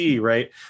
right